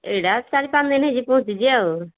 ଏଇଟା ଚାରି ପାଞ୍ଚଦିନ ହେଇକି ପହଞ୍ଚିଛି ଆଉ